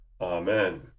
Amen